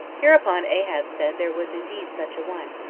hereupon ahab said there was indeed such a one,